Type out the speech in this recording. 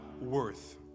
Worth